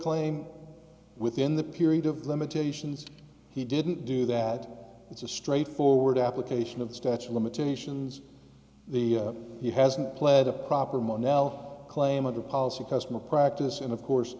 claim within the period of limitations he didn't do that it's a straightforward application of the statue of limitations the he hasn't played a proper mon el claim of the policy customer practice and of course